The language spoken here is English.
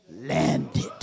Landed